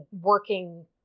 working